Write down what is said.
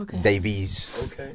Davies